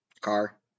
car